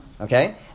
okay